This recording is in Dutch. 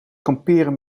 kamperen